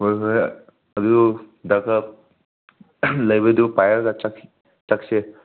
ꯍꯣꯏ ꯍꯣꯏ ꯑꯗꯨꯗ ꯈꯔ ꯂꯩꯕꯗꯨ ꯄꯥꯏꯔꯒ ꯆꯠꯁꯦ